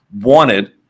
wanted